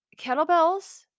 Kettlebells